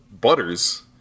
Butters